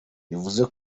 bivuze